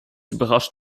überrascht